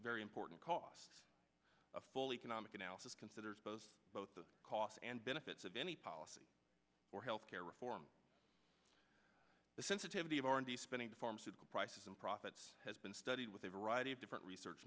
very important costs a full economic analysis considers both both the costs and benefits of any policy for health care reform the sensitivity of r and d spending to pharmaceutical prices and profits has been studied with a variety of different research